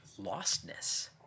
lostness